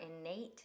innate